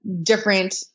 different